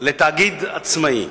לתאגיד עצמאי.